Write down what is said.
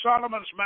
Solomon's